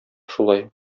шулай